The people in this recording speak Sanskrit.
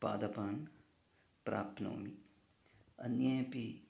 पादपान् प्राप्नोमि अन्येऽपि